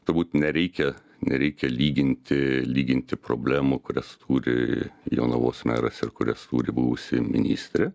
turbūt nereikia nereikia lyginti lyginti problemų kurias turi jonavos meras ir kurias turi buvusi ministrė